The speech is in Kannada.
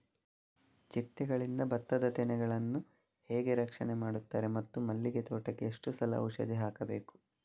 ಚಿಟ್ಟೆಗಳಿಂದ ಭತ್ತದ ತೆನೆಗಳನ್ನು ಹೇಗೆ ರಕ್ಷಣೆ ಮಾಡುತ್ತಾರೆ ಮತ್ತು ಮಲ್ಲಿಗೆ ತೋಟಕ್ಕೆ ಎಷ್ಟು ಸಲ ಔಷಧಿ ಹಾಕಬೇಕು?